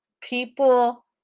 people